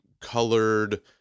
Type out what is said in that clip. colored